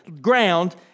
ground